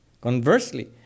conversely